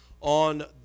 on